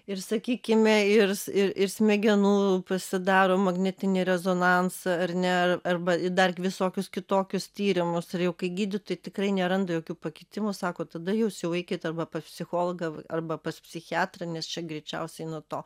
ir sakykime ir ir ir smegenų pasidaro magnetinį rezonansą ar ne arba dar visokius kitokius tyrimus ir jau kai gydytojai tikrai neranda jokių pakitimų sako tada jūs jau eikit arba pas psichologą arba pas psichiatrą nes čia greičiausiai nuo to